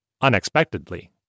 unexpectedly